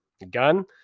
Again